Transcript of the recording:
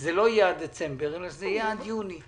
שזה לא יהיה עד דצמבר אלא שזה יהיה עד יוני.